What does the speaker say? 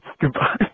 Goodbye